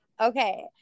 Okay